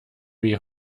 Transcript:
wie